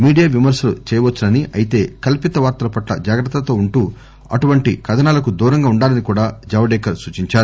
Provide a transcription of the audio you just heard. media విమర్నలు చేయవచ్చునని అయితే కల్పిత వార్తల పట్ల జాగ్రత్తతో ఉంటూ అటువంటి కథనాలకు దూరంగా ఉండాలని కూడా జవదేకర్ సూచించారు